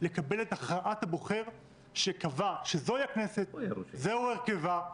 לקבל את הכרעת הבוחר שקבע שזוהי הכנסת, זהו הרכבה,